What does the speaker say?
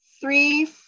three